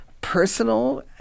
personal